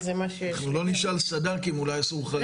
לא נשאל סד"כים, אולי אסור לך.